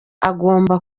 agomba